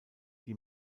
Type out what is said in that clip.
die